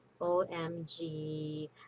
OMG